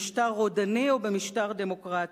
במשטר רודני או במשטר דמוקרטי.